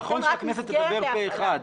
נכון שהכנסת תדבר פה אחד.